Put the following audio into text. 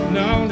no